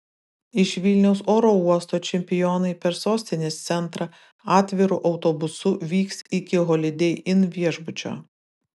iš vilniaus oro uosto čempionai per sostinės centrą atviru autobusu vyks iki holidei inn viešbučio